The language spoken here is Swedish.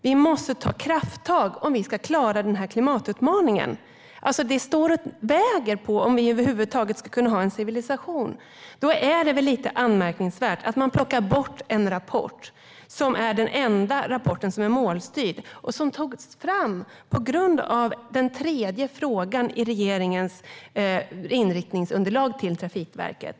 Vi måste ta krafttag om vi ska klara klimatutmaningen. Det står och väger om vi över huvud taget ska kunna ha en civilisation. Då är det anmärkningsvärt att man plockar bort en rapport som är den enda rapport som är målstyrd och som togs fram med anledning av den tredje frågan i regeringens inriktningsunderlag till Trafikverket.